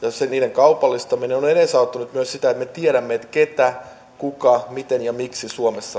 ja niiden kaupallistaminen on edesauttanut myös sitä että me tiedämme ketä kuka miten ja miksi suomessa